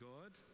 God